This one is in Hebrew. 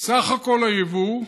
סך הכול היבוא,